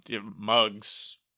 mugs